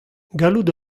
gallout